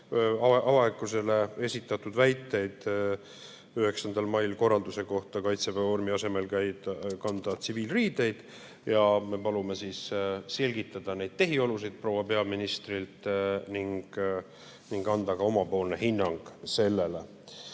avalikkusele esitatud väiteid 9. mail antud korralduse kohta Kaitseväe vormi asemel kanda tsiviilriideid. Me palume selgitada neid tehiolusid proua peaministril ning anda ka omapoolne hinnang sellele.